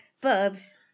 bubs